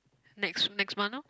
next next month lor